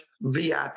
VIP